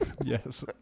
yes